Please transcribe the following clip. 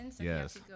yes